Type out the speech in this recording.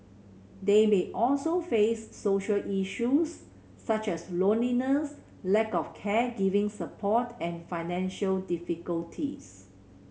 they may also face social issues such as loneliness lack of caregiver support and financial difficulties